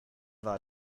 war